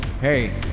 Hey